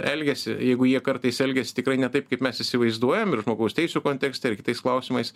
elgesį jeigu jie kartais elgias tikrai ne taip kaip mes įsivaizduojam ir žmogaus teisių kontekste ir kitais klausimais